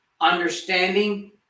understanding